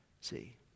See